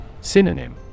Synonym